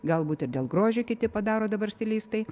galbūt ir dėl grožio kiti padaro dabar stilistai